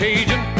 Cajun